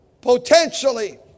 potentially